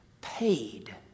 paid